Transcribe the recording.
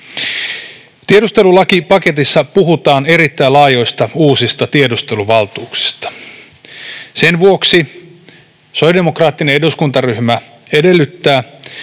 Tiedustelulakipaketissa puhutaan erittäin laajoista uusista tiedusteluvaltuuksista. Sen vuoksi sosiaalidemokraattinen eduskuntaryhmä edellyttää,